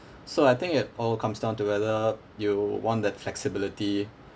so I think it all comes down to whether you want that flexibility